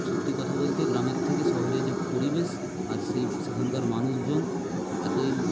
সত্যি কথা বলতে গ্রামের থেকে শহরে যে পরিবেশ আর সেই সেখানকার মানুষজন এতোই